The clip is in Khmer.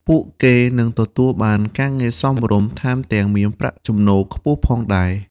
ពួកគេនឹងទទួលបានការងារសមរម្យ ថែមទាំងមានប្រាក់ចំណូលខ្ពស់ផងដែរ។